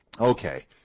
Okay